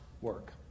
work